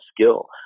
skill